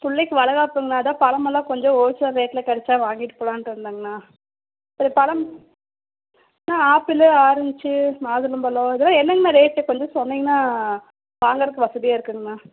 பிள்ளைக்கு வளைகாப்புங்கண்ணா அதான் பழமெல்லாம் கொஞ்சம் ஹோல்சேல் ரேட்டில் கெடைச்சா வாங்கிட்டு போகலான்ட்டு வந்தேன்ங்கண்ணா ஒரு பழம் அண்ணா ஆப்பிளு ஆரஞ்சு மாதுளம்பழம் இதெல்லாம் என்னங்கண்ணா ரேட்டு கொஞ்சம் சொன்னிங்கன்னா வாங்குறதுக்கு வசதியாக இருக்கும்ங்கண்ணா